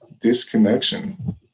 disconnection